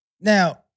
Now